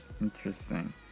Interesting